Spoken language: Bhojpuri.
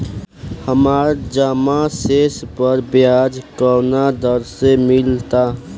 हमार जमा शेष पर ब्याज कवना दर से मिल ता?